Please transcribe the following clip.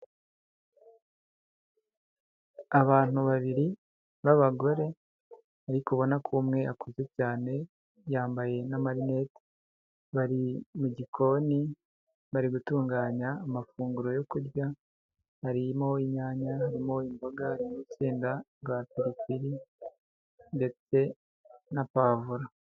Abantu babiri b'abagore ariko ubona ko umwe akuze cyane, yambaye n'amarinete, bari mu gikoni, bari gutunganya amafunguro yo kurya, harimo inyanya, harimo imboga, harimo urusenda rwa pilipili ndetse na puwavuro.